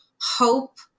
hope